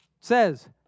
says